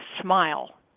smile